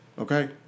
Okay